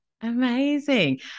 Amazing